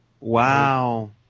Wow